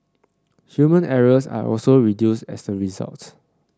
human errors are also reduced as a result